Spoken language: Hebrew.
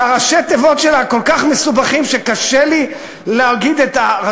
שראשי התיבות שלה כל כך מסובכים שקשה לי להגיד אותם,